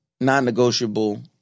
non-negotiable